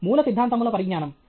మూలసిద్ధాంతముల పరిజ్ఞానం